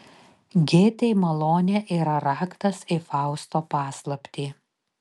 gėtei malonė yra raktas į fausto paslaptį